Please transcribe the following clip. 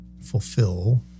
fulfill